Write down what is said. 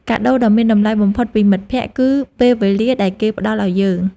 កាដូដ៏មានតម្លៃបំផុតពីមិត្តភក្តិ គឺពេលវេលាដែលគេផ្ដល់ឱ្យយើង។